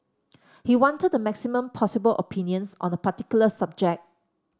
he wanted the maximum possible opinions on a particular subject